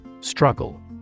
Struggle